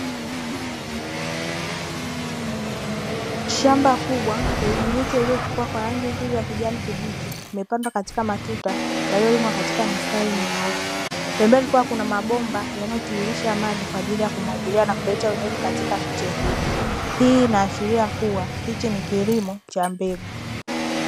Shamba kubwa lenye miche iliyochipua kwa rangi nzuri ya kijani kibichi imepandwa katika matuta yaliyolimwa katika mistari minyoofu pembeni kukiwa kuna mabomba yanayotiririsha maji kwa ajili ya kumwagilia na kuleta unyevu katika miche hii hii inaashiria kuwa hichi ni kilimo cha mbegu